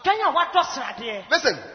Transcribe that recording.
Listen